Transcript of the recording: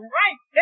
right